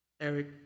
Eric